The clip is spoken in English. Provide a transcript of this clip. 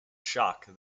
shock